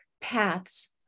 paths